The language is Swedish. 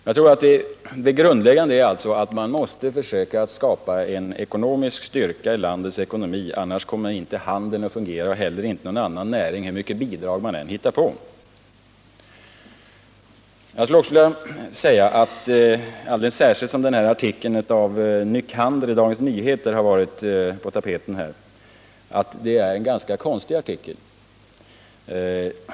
Jag tror att det grundläggande är att man måste försöka skapa styrka i landets ekonomi, annars kommer inte handeln eller någon annan näring att fungera hur många bidrag man än hittar på. Eftersom ledaren av Svante Nycander i Dagens Nyheter har varit på tapeten skulle jag vilja säga att det är en ganska konstig artikel.